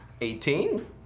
Eighteen